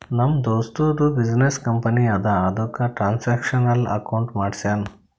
ನಮ್ ದೋಸ್ತದು business company ಅದಾ ಅದುಕ್ಕ ಟ್ರಾನ್ಸ್ಅಕ್ಷನಲ್ ಅಕೌಂಟ್ ಮಾಡ್ಸ್ಯಾನ್